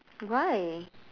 why